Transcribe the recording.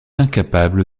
incapable